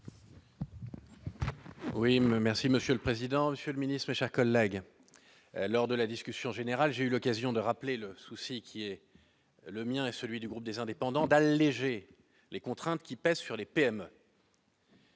Oui merci monsieur le président, Monsieur le ministre, chers collègues, lors de la discussion générale, j'ai eu l'occasion de rappeler le souci qui est le mien et celui du groupe des indépendants d'alléger les contraintes qui pèsent sur les PME.